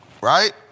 right